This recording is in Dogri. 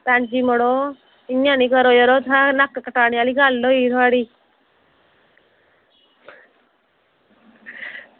भैन जी यरो इंया निं करो उत्थें नक्क कटानै आह्ली गल्ल होई थुआढ़ी